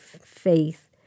faith